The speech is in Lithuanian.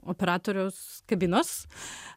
operatoriaus kabinos